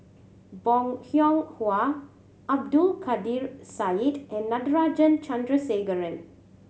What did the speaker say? Bong Hiong Hwa Abdul Kadir Syed and Natarajan Chandrasekaran